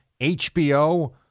HBO